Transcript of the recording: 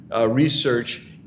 research